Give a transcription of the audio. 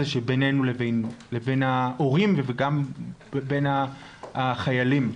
שבינינו לבין ההורים וגם בין החיילים.